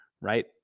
Right